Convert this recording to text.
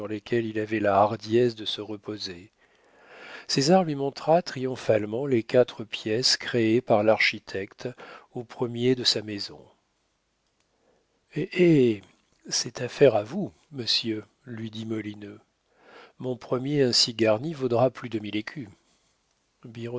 il avait la hardiesse de se reposer césar lui montra triomphalement les quatre pièces créées par l'architecte au premier de sa maison hé hé c'est affaire à vous monsieur lui dit molineux mon premier ainsi garni vaudra plus de mille